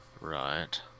Right